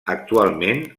actualment